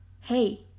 hey